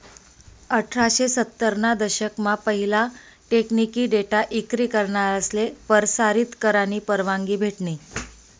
अठराशे सत्तर ना दशक मा पहिला टेकनिकी डेटा इक्री करनासले परसारीत करानी परवानगी भेटनी